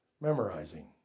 memorizing